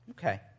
Okay